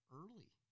early